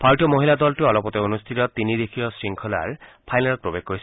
ভাৰতীয় মহিলা দলটোৱে অলপতে অনুষ্ঠিত তিনি দেশীয় শৃংখলাৰ ফাইনেলত প্ৰৱেশ কৰিছিল